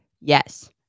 Yes